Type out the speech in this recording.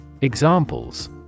Examples